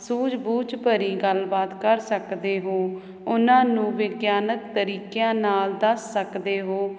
ਸੂਝ ਬੂਝ ਭਰੀ ਗੱਲਬਾਤ ਕਰ ਸਕਦੇ ਹੋ ਉਹਨਾਂ ਨੂੰ ਵਿਗਿਆਨਕ ਤਰੀਕਿਆਂ ਨਾਲ ਦੱਸ ਸਕਦੇ ਹੋ